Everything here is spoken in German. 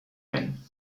ein